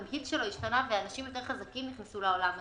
התמהיל שלו השתנה ואנשים יותר חזקים נכנסו לעולם הזה,